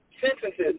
sentences